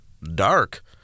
dark